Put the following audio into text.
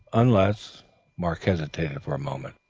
unless mark hesitated for a moment,